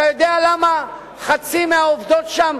אתה יודע למה חצי מהעובדות שם,